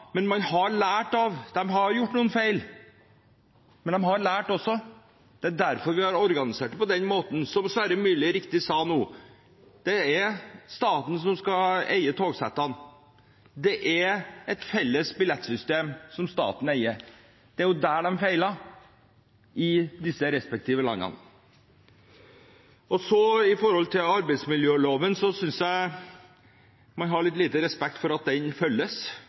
men de har også lært. Det er derfor vi har organisert det på den måten. Som Sverre Myrli sa, er det staten som skal eie togsettene. Det er et felles billettsystem som staten eier. Det er der de respektive landene feilet. Når det gjelder arbeidsmiljøloven, synes jeg man har litt lite respekt for at den følges